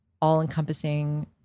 all-encompassing